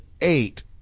eight